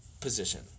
position